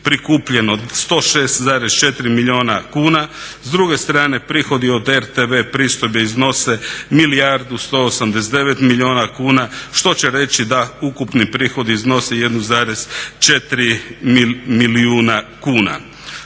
prikupljeno 106,4 milijuna kuna, s druge strane prihodi od RTV pristojbe iznose 1 milijardu 189 milijuna kuna što će reći da ukupni prihod iznosi 1,4 milijuna kuna.